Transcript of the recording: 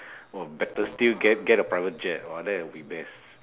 or better still get get a private jet !wah! that'll be best